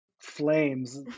flames